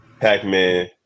Pac-Man